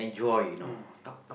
mm